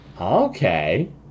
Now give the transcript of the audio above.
Okay